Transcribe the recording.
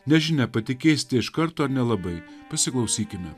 nežinia patikėsite iš karto ar nelabai pasiklausykime